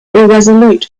irresolute